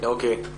אוקיי.